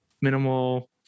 minimal